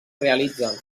realitzen